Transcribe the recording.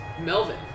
Melvin